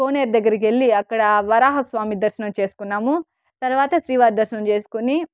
కోనేరు దగ్గరికెళ్ళి అక్కడ వరాహ స్వామి దర్శనం చేసుకున్నాము తర్వాత శ్రీవారి దర్శనం చేస్కొని